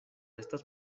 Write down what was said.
estas